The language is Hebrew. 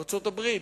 ארצות-הברית,